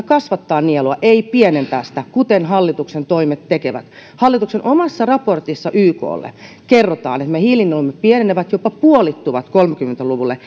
kasvattaa nielua ei pienentää sitä kuten hallituksen toimet tekevät hallituksen omassa raportissa yklle kerrotaan että meidän hiilinielumme pienenevät jopa puolittuvat kolmekymmentä luvulle